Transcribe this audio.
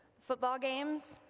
football games,